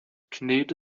knete